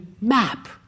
map